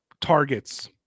targets